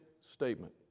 statement